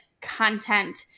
content